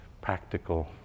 practical